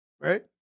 right